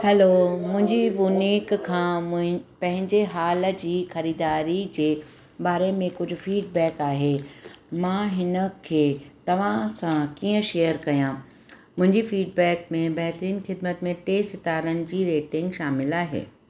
hello मुंहिंजी वूनिक खां मुंहिं पंहिंजे हाल जी ख़रीदारी जे बारे में कुझु फीडबैक आहे मां हिन खे तव्हां सां कीअं शेयर कयां मुंहिंजी फीडबैक में बहितरीन ख़िदमत ऐं टे सितारनि जी रेटिंग शामिलु आहे